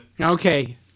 Okay